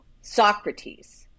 Socrates